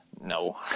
No